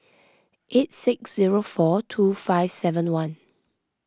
eight six zero four two five seven one